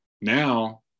now